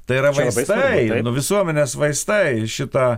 tai yra vaistai nu visuomenės vaistai šitą